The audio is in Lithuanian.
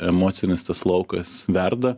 emocinis tas laukas verda